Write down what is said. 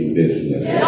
business